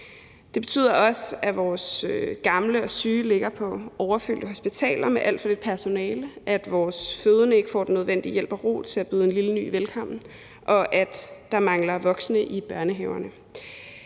Det betyder også, at vores gamle og syge ligger på overfyldte hospitaler med alt for lidt personale, at vores fødende ikke får den nødvendige hjælp og ro til at byde en lille ny velkommen, og at der mangler voksne i børnehaverne.